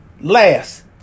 Last